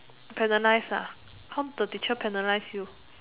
penalise how the teacher penalise you